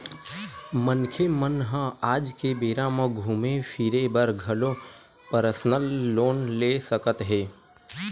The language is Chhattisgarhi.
मनखे मन ह आज के बेरा म घूमे फिरे बर घलो परसनल लोन ले सकत हे